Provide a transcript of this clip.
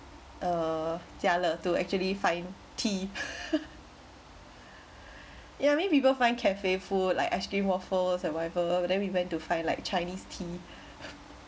err Jia-Le to actually find tea yeah many people find cafe food like ice cream waffles and whatever but then we went to find like chinese tea